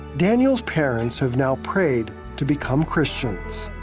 daniel's parents have now prayed to become christians.